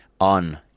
on